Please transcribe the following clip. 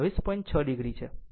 6 o છે